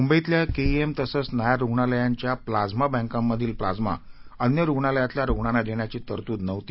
मुंबईतल्या केईएम तसंच नायर रूग्णालयांच्या प्लाझ्मा बँकांमधील प्लाझ्मा अन्य रूग्णालयातल्या रुग्णांना देण्याची तरतूद नव्हती